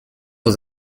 vos